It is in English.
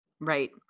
right